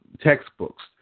textbooks